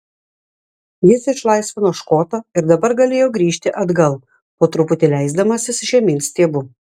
jis išlaisvino škotą ir dabar galėjo grįžti atgal po truputį leisdamasis žemyn stiebu